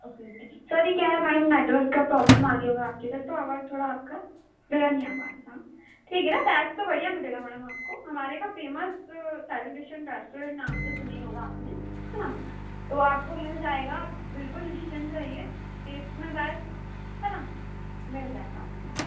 okay okay sorry क्या है madam network का प्रॉब्लेम आ गया होगा आपके इधर तो आवाज़ थोड़ा आपका क्लियर नहीं आ पा रहा था ठीक है न ट्यास्ट तो बढ़िया मिलेगा मैडम आपको हमारे का फेमस सैल्युटेशन रेस्टुरेंट नाम तो सुना ही होगा आपने है न तो आपको मिल जाएगा बिल्कुल निश्चिंत रहिए टेस्ट में बेस्ट है न मिल जाएगा आपको